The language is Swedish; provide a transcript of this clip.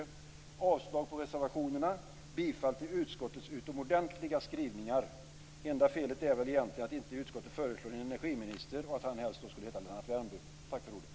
Jag yrkar avslag på reservationerna och bifall till utskottets utomordentliga skrivningar. Det enda felet är väl egentligen att utskottet inte föreslår en energiminister och som helst då skulle heta Lennart Värmby.